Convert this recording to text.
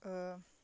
ओ